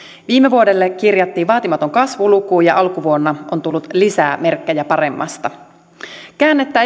viime vuodelle kirjattiin vaatimaton kasvuluku ja alkuvuonna on tullut lisää merkkejä paremmasta käännettä